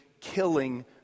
killing